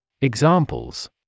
Examples